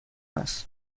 است